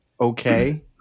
okay